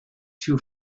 too